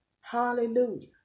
hallelujah